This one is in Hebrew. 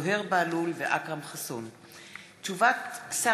זוהיר בהלול ואכרם חסון בנושא: דוחות המועצה לשלום הילד,